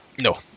No